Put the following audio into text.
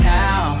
now